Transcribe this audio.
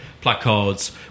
placards